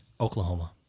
Oklahoma